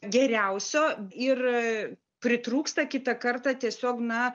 geriausio ir pritrūksta kitą kartą tiesiog na